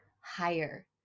higher